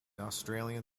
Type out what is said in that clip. australian